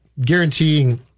guaranteeing